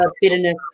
bitterness